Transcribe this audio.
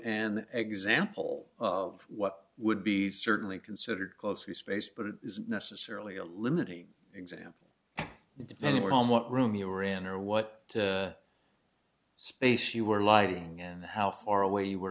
an example of what would be certainly considered closely spaced but it isn't necessarily a limiting example depending on what room you are in or what space you were lighting and how far away